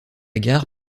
gare